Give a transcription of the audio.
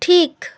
ঠিক